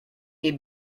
est